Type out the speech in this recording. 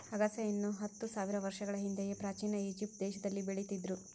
ಅಗಸೆಯನ್ನು ಹತ್ತು ಸಾವಿರ ವರ್ಷಗಳ ಹಿಂದೆಯೇ ಪ್ರಾಚೀನ ಈಜಿಪ್ಟ್ ದೇಶದಲ್ಲಿ ಬೆಳೀತಿದ್ರು